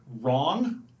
wrong